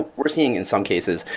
we're seeing in some cases,